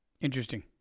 Interesting